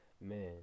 man